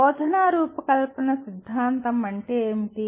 బోధనా రూపకల్పన సిద్ధాంతం అంటే ఏమిటి